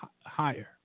higher